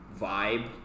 vibe